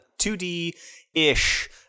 2D-ish